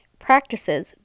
practices